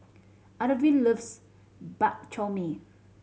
Arvil loves Bak Chor Mee